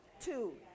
Two